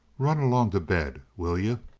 run along to bed, will you?